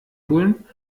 holen